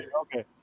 Okay